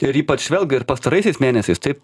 ir ypač vėlgi ir pastaraisiais mėnesiais taip